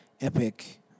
epic